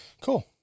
Cool